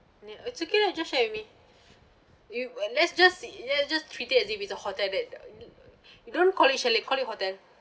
ya it's okay lah just share with me you uh let's just see let's just treat it as if it's a hotel that uh don't call it chalet call it hotel